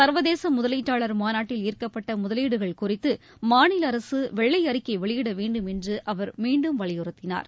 சர்வதேச முதலீட்டாளர் மாநாட்டில் ஈர்க்கப்பட்ட முதலீடுகள் குறித்து மாநில அரசு வெள்ளை அறிக்கை வெளியிட வேண்டும் என்று அவர் மீண்டும் வலியுறுத்தினார்